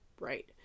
right